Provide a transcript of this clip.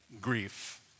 grief